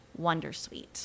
Wondersuite